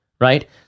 right